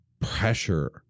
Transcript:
pressure